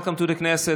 Welcome to the Knesset,